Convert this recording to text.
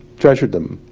treasured them.